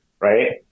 right